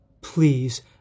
Please